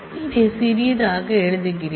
இதை சிறியதாக எழுதுகிறேன்